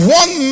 one